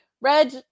reg